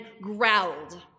growled